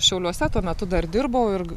šiauliuose tuo metu dar dirbau ir